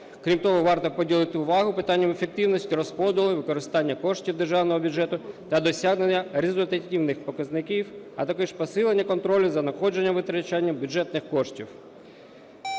Крім того, варто приділити увагу питанням ефективності розподілу і використанню коштів державного бюджету та досягненню результативних показників, а також посиленню контролю за надходженням-витрачанням бюджетних коштів.